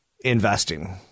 investing